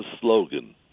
slogan